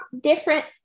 different